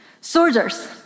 Soldiers